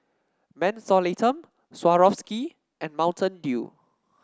Mentholatum Swarovski and Mountain Dew